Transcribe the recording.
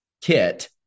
kit